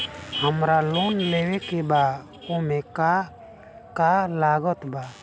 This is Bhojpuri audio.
हमरा लोन लेवे के बा ओमे का का लागत बा?